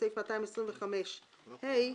בסעיף 225(ה).